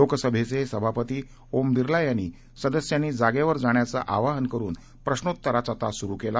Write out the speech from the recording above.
लोकसभेचे सभापती ओम बिर्ला यांनी सदस्यांनी जागेवर जाण्याचं आवाहन करून प्रश्रोत्तराचा तास सुरु केला